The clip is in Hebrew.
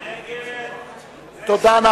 תודה.